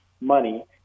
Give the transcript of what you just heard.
money